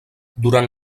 durant